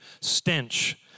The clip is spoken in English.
stench